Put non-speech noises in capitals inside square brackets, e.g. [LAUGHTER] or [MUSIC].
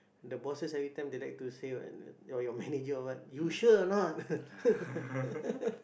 the bosses every time they like to say what your your manager or what you sure or not [LAUGHS]